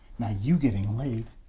now you getting laid?